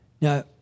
Now